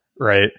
right